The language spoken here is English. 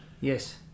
yes